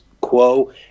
quo